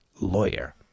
lawyer